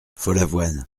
follavoine